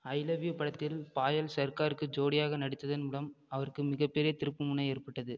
I love you படத்தில் பாயல் சர்க்காருக்கு ஜோடியாக நடித்ததன் மூலம் அவருக்கு மிகப்பெரிய திருப்புமுனை ஏற்பட்டது